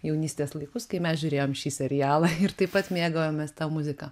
jaunystės laikus kai mes žiūrėjom šį serialą ir taip pat mėgavomės ta muzika